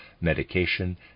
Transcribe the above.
medication